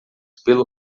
pelo